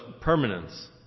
permanence